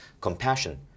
Compassion